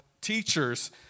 teachers